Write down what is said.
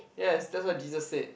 yes that's what Jesus said